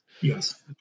Yes